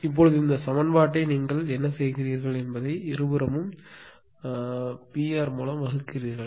இப்போது இந்த சமன்பாட்டை நீங்கள் என்ன செய்கிறீர்கள் என்பதை இருபுறமும் P r மூலம் வகுக்கிறீர்கள்